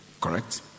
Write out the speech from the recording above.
Correct